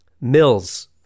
Mills